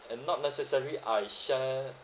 and not necessary I share